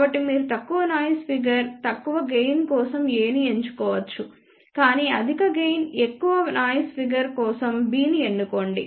కాబట్టి మీరు తక్కువ నాయిస్ ఫిగర్ తక్కువ గెయిన్ కోసం A ని ఎంచుకోవచ్చు కానీ అధిక గెయిన్ ఎక్కువ నాయిస్ ఫిగర్ కోసం B ని ఎన్నుకోండి